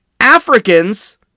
Africans